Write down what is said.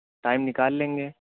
time نکال لیں گے